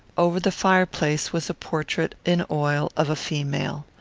over the fireplace was a portrait in oil of a female.